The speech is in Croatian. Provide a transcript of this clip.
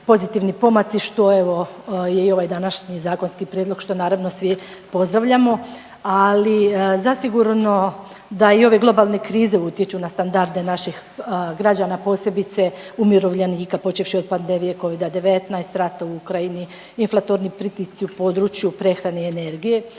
pozitivni pomaci što evo je i ovaj današnji zakonski prijedlog što naravno svi pozdravljamo. Ali zasigurno da i ove globalne krize utječu na standarde naših građana posebice umirovljenika počevši od pandemije covida-19, rata u Ukrajini, inflatorni pritisci u području prehrane i energije.